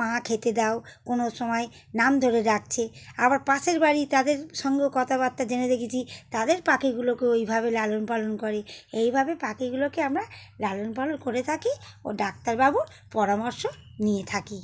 মা খেতে দাও কোনও সময় নাম ধরে ডাকছে আবার পাশের বাড়ি তাদের সঙ্গেও কথাবার্তা জেনে দেখেছি তাদের পাখিগুলোকেও ওইভাবে লালনপালন করে এইভাবে পাখিগুলোকে আমরা লালনপালন করে থাকি ও ডাক্তারবাবুর পরামর্শ নিয়ে থাকি